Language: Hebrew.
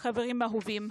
חברים אהובים,